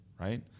right